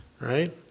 Right